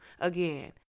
again